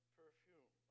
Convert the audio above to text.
perfume